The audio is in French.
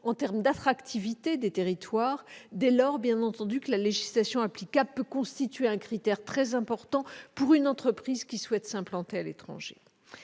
également d'attractivité des territoires, dès lors que la législation applicable peut constituer un critère très important pour une entreprise qui souhaite s'implanter à l'étranger.